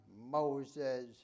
Moses